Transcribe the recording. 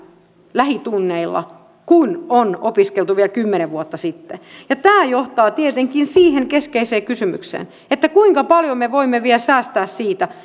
lähitunneilla kuin on opiskeltu vielä kymmenen vuotta sitten ja tämä johtaa tietenkin siihen keskeiseen kysymykseen kuinka paljon me voimme vielä säästää